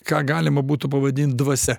ką galima būtų pavadint dvasia